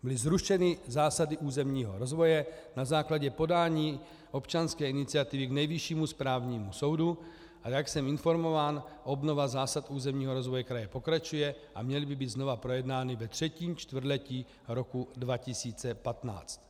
Byly zrušeny zásady územního rozvoje na základě podání občanské iniciativy k Nejvyššímu správnímu soudu, a jak jsem informován, obnova zásad územního rozvoje kraje pokračuje a měly by být znovu projednány ve třetím čtvrtletí roku 2015.